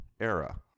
era